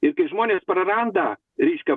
ir kai žmonės praranda reiškia